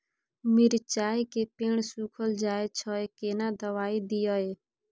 मिर्चाय के पेड़ सुखल जाय छै केना दवाई दियै?